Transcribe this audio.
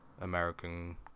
American